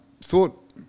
thought